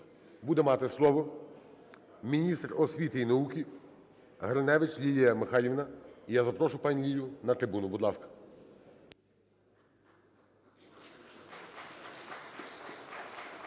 буде мати слово міністр освіти і науки Гриневич Лілія Михайлівна. Я запрошую пані Лілю на трибуну, будь ласка.